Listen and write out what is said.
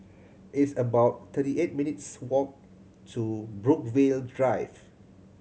it's about thirty eight minutes' walk to Brookvale Drive